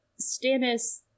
Stannis